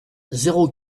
zéro